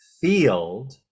field